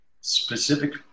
specific